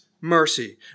mercy